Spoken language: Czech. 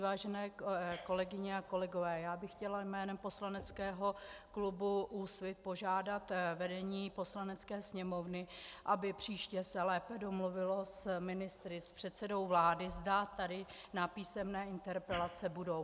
Vážené kolegyně a kolegové, já bych chtěla jménem poslaneckého klubu Úsvit požádat vedení Poslanecké sněmovny, aby se příště lépe domluvilo s ministry, s předsedou vlády, zda tady na písemné interpelace budou.